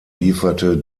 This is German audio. lieferte